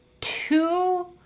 two